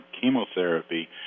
chemotherapy